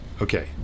Okay